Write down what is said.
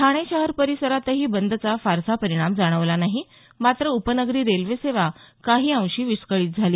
ठाणे शहर परिसरातही बंदचा फारसा परिणाम जाणवला नाही मात्र उपनगरी रेल्वेसेवा काही अंशी विस्कळीत झाली